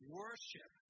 worship